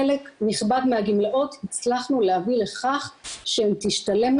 חלק נכבד מהגמלאות הצלחנו להביא לכך שהן תשתלמנה